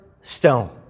stone